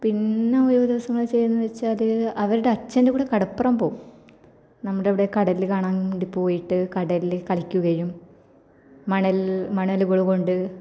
പിന്നെ ഒരു ദിവസം എന്നു വെച്ചു കഴി വെച്ചാൽ അവരുടെ അച്ഛന്റെകൂടെ കടപ്പുറം പോകും നമ്മുടെയിവിടെ കടൽ കാണാന് വേണ്ടി പോയിട്ട് കടലിൽ കളിക്കുകയും മണലിൽ മണലുകൾ കൊണ്ട്